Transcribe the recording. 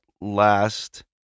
last